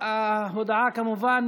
ההודעה מחייבת, כמובן,